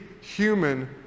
human